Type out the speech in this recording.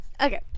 Okay